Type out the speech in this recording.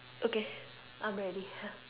okay I'm ready